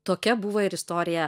tokia buvo ir istorija